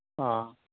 অ'